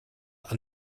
are